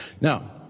Now